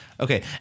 Okay